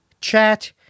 chat